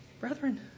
Brethren